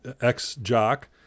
ex-jock